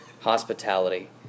hospitality